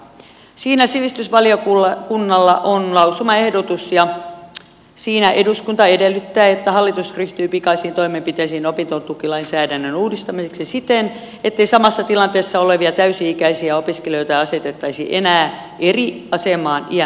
siinä sivistysvaliokunnalla on lausumaehdotus jossa eduskunta edellyttää että hallitus ryhtyy pikaisiin toimenpiteisiin opintotukilainsäädännön uudistamiseksi siten ettei samassa tilanteessa olevia täysi ikäisiä opiskelijoita asetettaisi enää eri asemaan iän perusteella